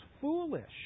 foolish